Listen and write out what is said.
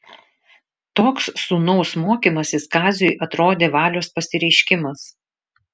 toks sūnaus mokymasis kaziui atrodė valios pasireiškimas